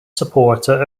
supporter